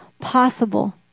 possible